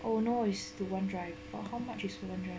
oh no is Google drive oh how much is Google drive